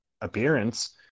appearance